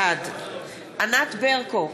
בעד ענת ברקו,